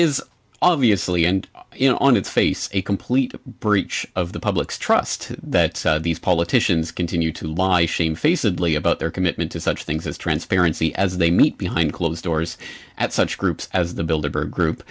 s obviously and you know on its face a complete breach of the public's trust that these politicians continue to lie shamefacedly about their commitment to such things as transparency as they meet behind closed doors at such groups as the builder group